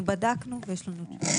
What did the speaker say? אנחנו בדקנו ויש לנו תשובה.